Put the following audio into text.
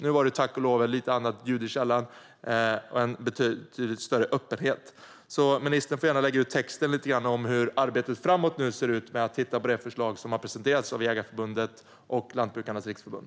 Nu var det tack och lov lite annat ljud i skällan och en betydligt större öppenhet. Ministern får därför gärna lägga ut texten lite grann om hur arbetet framåt nu ser ut med att titta på det förslag som har presenterats av Jägareförbundet och Lantbrukarnas Riksförbund.